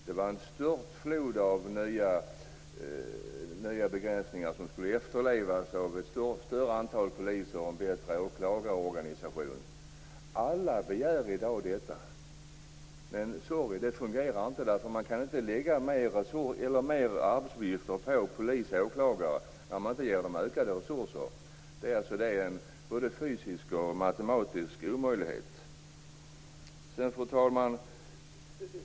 Det var en störtflod av nya begränsningar som skulle efterlevas av ett större antal poliser och en bättre åklagarorganisation. Alla begär vi i dag detta. Men det fungerar inte eftersom man inte kan lägga mer arbetsuppgifter på polis och åklagare när man inte ger dem ökade resurser. Det är en både fysisk och matematisk omöjlighet. Fru talman!